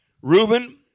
Reuben